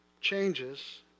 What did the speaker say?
changes